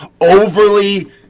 overly